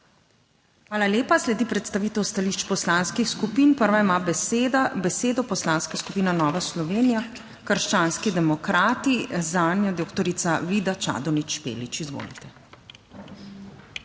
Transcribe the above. Hvala lepa. Sledi predstavitev stališč poslanskih skupin. Prva ima besedo Poslanska skupina Nova Slovenija -Krščanski demokrati, zanjo doktorica Vida Čadonič Špelič. Izvolite.